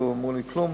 אמרו לי: כלום,